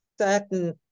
certain